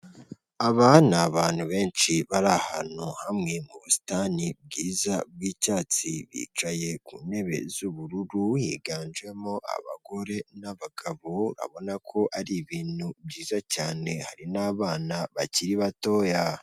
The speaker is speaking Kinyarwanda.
Aba ni abantu benshi bari ahantu hamwe mu busitani bwiza bw'icyatsi bicaye ku ntebe z'ubururu higanjemo abagore n'abagabo abona ko ari ibintu byiza cyane hari n'abana bakiri batoya.